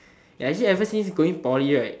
ya actually ever since going poly right